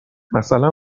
مثلا